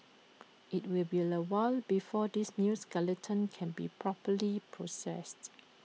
IT will be A while before this new skeleton can be properly processed